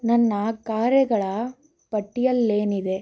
ನನ್ನ ಕಾರ್ಯಗಳ ಪಟ್ಟಿಯಲ್ಲೇನಿದೆ